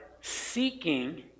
seeking